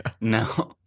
No